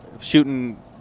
Shooting